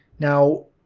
now,